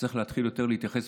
צריך להתחיל יותר להתייחס,